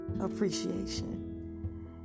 Appreciation